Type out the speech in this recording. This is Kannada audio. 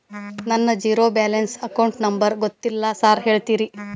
ನನ್ನ ಜೇರೋ ಬ್ಯಾಲೆನ್ಸ್ ಅಕೌಂಟ್ ನಂಬರ್ ಗೊತ್ತಿಲ್ಲ ಸಾರ್ ಹೇಳ್ತೇರಿ?